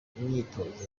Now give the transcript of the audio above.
imyitozo